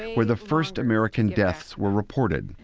and where the first american deaths were reported.